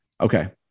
Okay